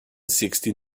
sixty